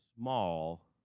small